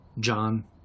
John